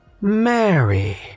Mary